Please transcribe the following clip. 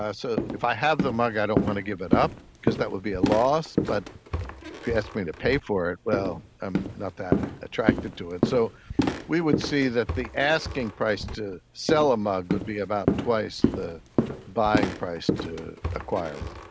so if i have the mug i don't want to give it up because that would be a loss, but if you ask me to pay for it, well, i'm not that attracted to it. so we would see that the asking price to sell a mug would be about twice the buying price to acquire one.